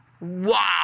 Wow